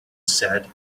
said